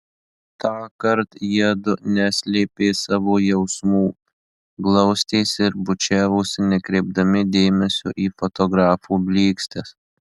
tąkart jiedu neslėpė savo jausmų glaustėsi ir bučiavosi nekreipdami dėmesio į fotografų blykstes